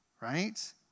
Right